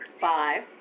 Five